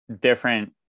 different